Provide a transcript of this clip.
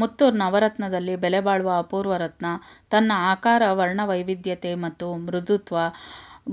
ಮುತ್ತು ನವರತ್ನದಲ್ಲಿ ಬೆಲೆಬಾಳುವ ಅಪೂರ್ವ ರತ್ನ ತನ್ನ ಆಕಾರ ವರ್ಣವೈವಿಧ್ಯತೆ ಮತ್ತು ಮೃದುತ್ವ